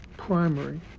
Primary